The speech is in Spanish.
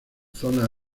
zonas